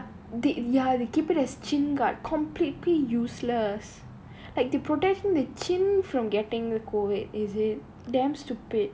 oh my god ya they ya they keep it as chin guard completely useless like they protecting the chin from getting the COVID is it damn stupid